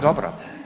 Dobro.